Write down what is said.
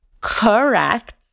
Correct